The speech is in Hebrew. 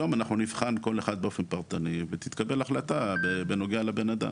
היום אנחנו נבחן כל אחד באופן פרטני ותתקבל החלטה בנוגע לבן אדם.